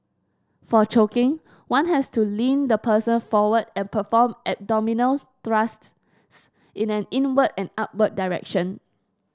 for choking one has to lean the person forward and perform abdominal thrusts in an inward and upward direction